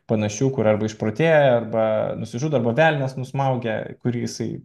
panašių kur arba išprotėja arba nusižudo arba velnias nusmaugia kurį jisai